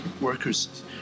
workers